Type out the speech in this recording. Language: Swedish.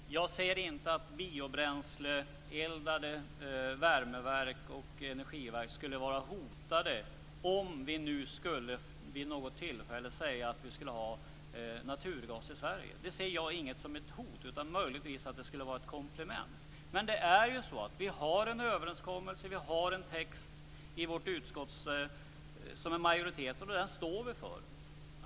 Fru talman! Jag ser inte att biobränsleeldade värmeverk och energiverk skulle vara hotade om vi vid något tillfälle skulle säga att vi vill ha naturgas i Sverige. Det ser jag inte som ett hot, utan möjligen som ett komplement. Men vi har en överenskommelse och en majoritetstext som vi står för.